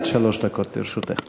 עד שלוש דקות לרשותך.